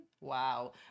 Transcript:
wow